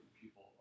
people